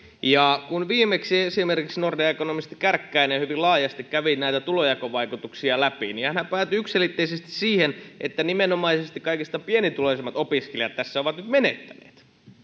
niin viimeksi esimerkiksi nordean ekonomisti kärkkäinen hyvin laajasti kävi näitä tulonjakovaikutuksia läpi ja hänhän päätyi yksiselitteisesti siihen että nimenomaisesti kaikista pienituloisimmat opiskelijat tässä ovat nyt menettäneet